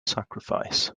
sacrifice